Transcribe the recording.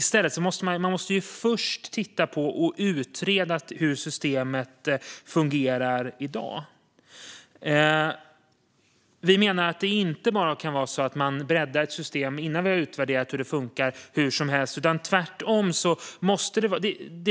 Först måste man ju titta på och utreda hur systemet fungerar i dag. Vi menar att man inte bara kan bredda ett system hur som helst innan man har utvärderat hur det funkar.